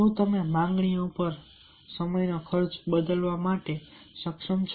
શું તમે માંગણીઓ પર સમયનો ખર્ચ બદલવા માટે સક્ષમ છો